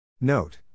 Note